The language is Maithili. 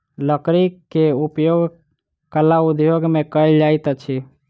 लकड़ी के उपयोग कला उद्योग में कयल जाइत अछि